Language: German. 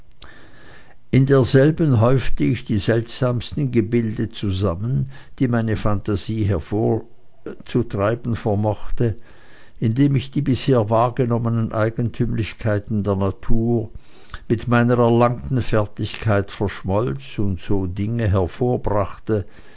in derselben häufte ich die seltsamsten gebilde zusammen die meine phantasie hervorzutreiben vermochte indem ich die bisher wahrgenommenen eigentümlichkeiten der natur mit meiner erlangten fertigkeit verschmolz und so dinge hervorbrachte